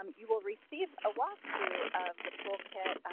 um you will receive a walkthrough of the toolkit.